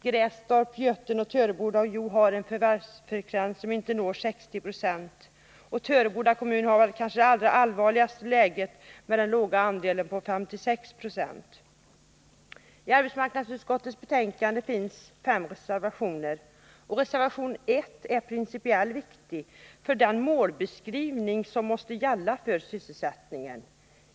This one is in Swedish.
Grästorp, Götene, Töreboda och Hjo har en förvärvsfrekvens som inte uppgår till 60 Jo. Töreboda kommun har kanske det allvarligaste läget, eftersom andelen där är 56 96. Till arbetsmarknadsutskottets betänkande 1979/80:23 har det fogats fem reservationer. Reservation 1 är principiellt viktigt för den målbeskrivning som måste gälla för sysselsättningen.